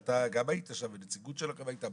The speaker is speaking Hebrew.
אתה היית שם ונציגות שלכם הייתה.